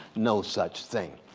no such thing.